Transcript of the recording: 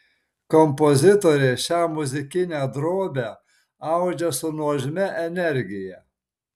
kompozitorė šią muzikinę drobę audžia su nuožmia energija